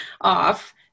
off